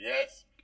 Yes